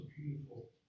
beautiful